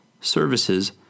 services